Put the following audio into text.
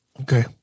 Okay